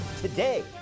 Today